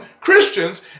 Christians